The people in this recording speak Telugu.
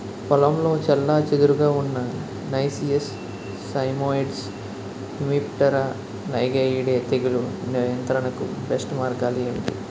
పొలంలో చెల్లాచెదురుగా ఉన్న నైసియస్ సైమోయిడ్స్ హెమిప్టెరా లైగేయిడే తెగులు నియంత్రణకు బెస్ట్ మార్గాలు ఏమిటి?